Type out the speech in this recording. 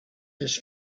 his